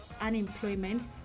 unemployment